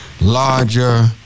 larger